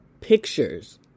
pictures